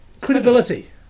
credibility